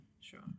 Sure